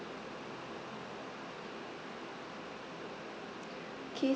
okay